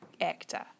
actor